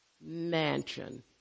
Mansion